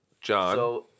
John